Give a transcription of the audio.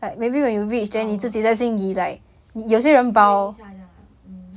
flower ah like pray 一下这样啊嗯